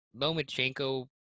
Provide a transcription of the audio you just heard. Lomachenko